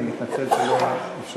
אני פשוט מחכה לתור שלי.